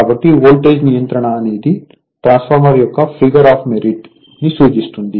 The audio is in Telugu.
కాబట్టి వోల్టేజ్ నియంత్రణ అనేది ట్రాన్స్ఫార్మర్ యొక్క ఫిగర్ ఆఫ్ మెరిట్ ని సూచిస్తుంది